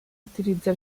utilizza